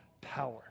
power